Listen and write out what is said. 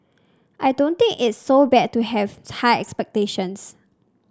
I don't think it's so bad to have high expectations